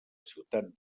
ciutat